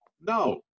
No